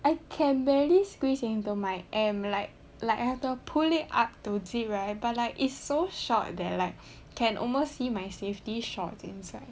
I can barely squeeze into my M like like I have to pull it up to zip right but like it's so short that like can almost see my safety short inside